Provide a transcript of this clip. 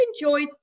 enjoyed